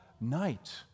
night